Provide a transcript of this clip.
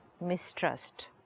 mistrust